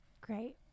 Great